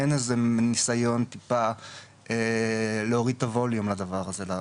אין איזה ניסיון טיפה להוריד את הווליום לדבר הזה.